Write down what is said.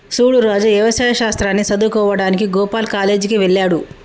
సూడు రాజు యవసాయ శాస్త్రాన్ని సదువువుకోడానికి గోపాల్ కాలేజ్ కి వెళ్త్లాడు